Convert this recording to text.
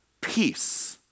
Peace